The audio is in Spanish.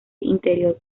interior